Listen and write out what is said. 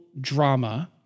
drama